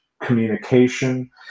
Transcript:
communication